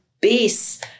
base